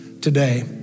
today